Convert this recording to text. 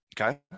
Okay